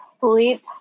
sleep